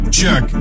check